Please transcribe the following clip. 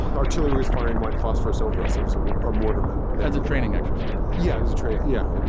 artillery was firing white phosphorus over us. i was a a motorman as a training exercise. yeah, i was a trainer. yeah. and